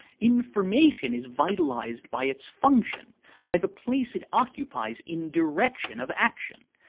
information is vitalized by its function by the place it occupies in direction of action.